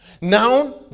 Now